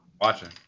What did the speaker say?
watching